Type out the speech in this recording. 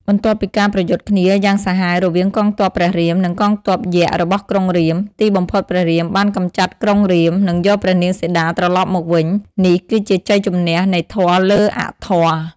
បន្ទាប់ពីការប្រយុទ្ធគ្នាយ៉ាងសាហាវរវាងកងទ័ពព្រះរាម និងកងទ័ពយក្សរបស់ក្រុងរាពណ៍ ទីបំផុតព្រះរាមបានកម្ចាត់ក្រុងរាពណ៍ និងយកព្រះនាងសីតាត្រឡប់មកវិញ នេះគឺជាជ័យជម្នះនៃធម៌លើអធម៌ ។